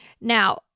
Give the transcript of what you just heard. Now